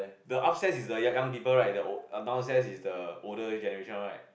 the upstairs is the young young people right the old the downstairs is the older generation one right